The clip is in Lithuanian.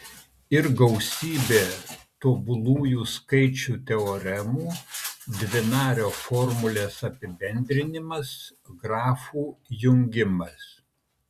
ir gausybė tobulųjų skaičių teoremų dvinario formulės apibendrinimas grafų jungimas